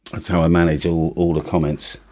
how i manageable all the comments